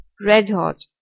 red-hot